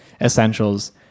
essentials